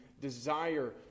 desire